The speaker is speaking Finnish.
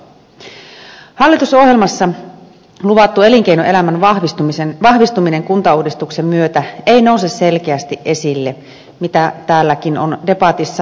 hallitusohjelmassa luvattu elinkeinoelämän vahvistuminen kuntauudistuksen myötä ei nouse selkeästi esille mitä täälläkin on debatissa tavoiteltu